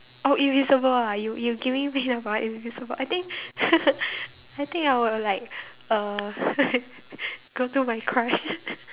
oh invisible ah you you giving me if I invisible I think I think I will like uh go to my crush